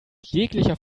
jeglicher